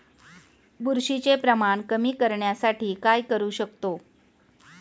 बुरशीचे प्रमाण कमी करण्यासाठी काय करू शकतो?